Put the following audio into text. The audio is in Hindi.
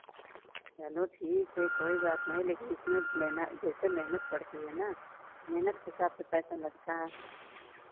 चलो ठीक है कोई बात नहीं लेकिन इसमें मेहन जैसे मेहनत पड़ती है ना मेहनत के हिसाब से पैसा लगता है